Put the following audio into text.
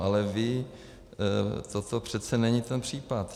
Ale toto přece není ten případ.